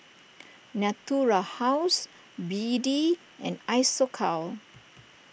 Natura House B D and Isocal